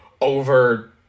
over